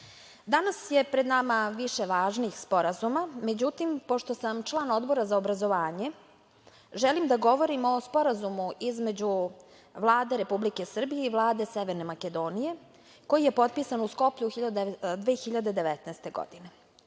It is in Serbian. danas je pred nama više važnih sporazuma. Međutim, pošto sam član Odbora za obrazovanje, želim da govorim o Sporazumu između Vlade Republike Srbije i Vlade Severne Makedonije, koji je potpisan u Skoplju 2019. godine. Ovom